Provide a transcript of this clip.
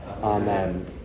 Amen